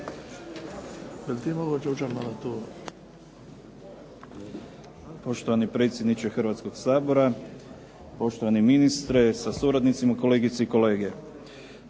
Poštovani predsjedniče Hrvatskog sabora, poštovani ministre sa suradnicima, kolegice i kolege.